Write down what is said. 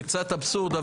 זה קצת אבסורד,